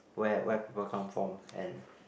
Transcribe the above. where where people come from and